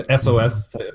SOS